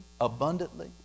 abundantly